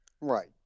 Right